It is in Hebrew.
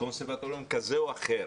קונסרבטוריון כזה או אחר,